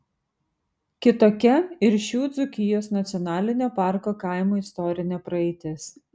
kitokia ir šių dzūkijos nacionalinio parko kaimų istorinė praeitis